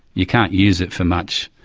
you can't use it for much,